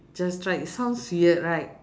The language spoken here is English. just try it sounds weird right